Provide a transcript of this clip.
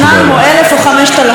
או 5,000,